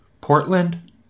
Portland